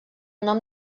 nom